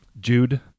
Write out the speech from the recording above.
Jude